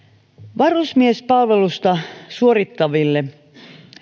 varusmiespalvelusta suorittaville